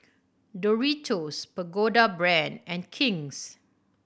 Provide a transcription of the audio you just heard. Doritos Pagoda Brand and King's